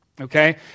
okay